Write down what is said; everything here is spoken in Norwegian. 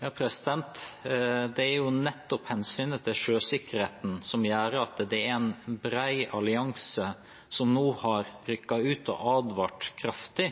Det er nettopp hensynet til sjøsikkerheten som gjør at det er en bred allianse som nå har rykket ut og advart kraftig.